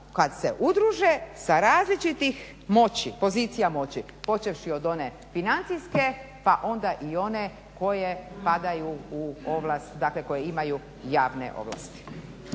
kada se udruže sa različitih pozicija moći, počevši od one financijske pa onda i one koje padaju u ovlast